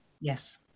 Yes